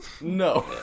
no